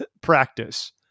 practice